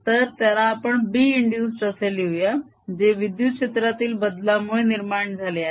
तर त्याला आपण B इंदुस्ड असे लिहूया जे विद्युत क्षेत्रातील बदलामुळे निर्माण झाले आहे